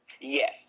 Yes